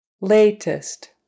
latest